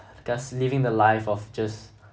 just living the life of just